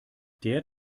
der